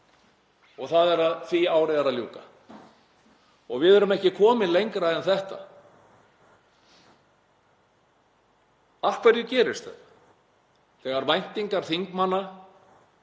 er árið 2023. Því ári er að ljúka og við erum ekki komin lengra en þetta. Af hverju gerist það þegar væntingar þingmanna